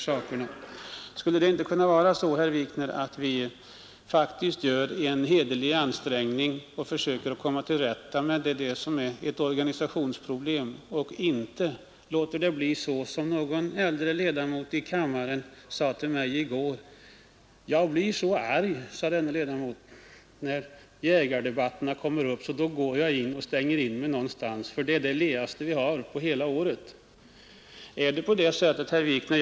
Skulle vi inte, herr Wikner, kunna göra en hederlig ansträngning för att söka komma till rätta med det som är ett organisationsproblem, och inte låta det bli så som någon äldre ledamot i kammaren sade till mig i går. Jag blir så arg när jägardebatterna kommer upp, sade ledamoten, så då går jag och stänger in mig någonstans, för de är det ledaste vi har på hela året! Är det på det sättet, herr Wikner?